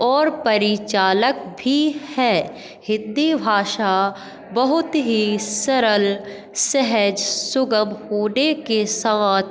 और परिचालक भी है हिंदी भाषा बहुत ही सरल सहज सुगम होने के साथ